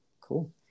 cool